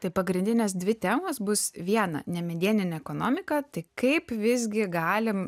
tai pagrindinės dvi temos bus viena nemedieninė ekonomika tai kaip visgi galim